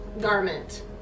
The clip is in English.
garment